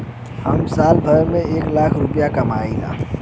हम साल भर में एक लाख रूपया कमाई ला